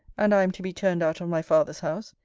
and i am to be turned out of my father's house,